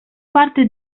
parte